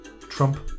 Trump